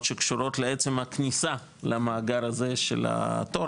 שקשורות לעצם הכניסה למאגר הזה של התור,